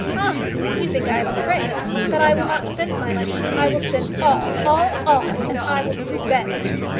ah you think i am afraid that i will not spend my money. i will spend all all all and i will be revenged.